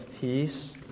peace